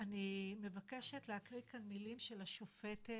אני מבקשת להקריא כאן מילים של השופטת,